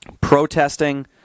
protesting